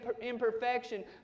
imperfection